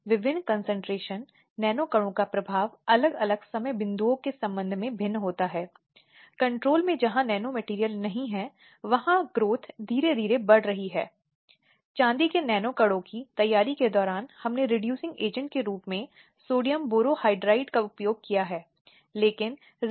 महिलाओं के खिलाफ अपराधों के मामले में एक बहुत महत्वपूर्ण बात यह है कि महिलाओं को अपराध के सहभागी के रूप में देखा जाता है जिसका अर्थ है एक साथी